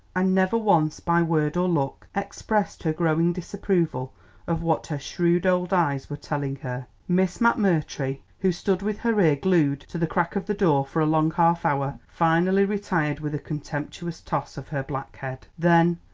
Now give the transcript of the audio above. and never once by word or look expressed her growing disapproval of what her shrewd old eyes were telling her. miss mcmurtry, who stood with her ear glued to the crack of the door for a long half hour, finally retired with a contemptuous toss of her black head. then,